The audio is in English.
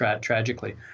tragically